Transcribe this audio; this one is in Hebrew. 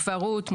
כפר רות,